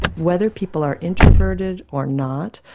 whether people are introverted or not,